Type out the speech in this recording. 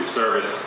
service